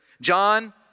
John